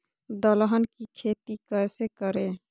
दलहन की खेती कैसे करें?